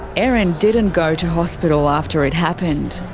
erin didn't go to hospital after it happened.